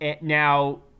Now